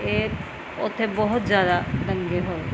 ਅਤੇ ਉੱਥੇ ਬਹੁਤ ਜ਼ਿਆਦਾ ਦੰਗੇ ਹੋਏ